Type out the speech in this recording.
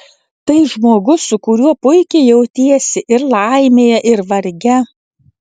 tai žmogus su kuriuo puikiai jautiesi ir laimėje ir varge